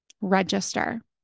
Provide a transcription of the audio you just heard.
Register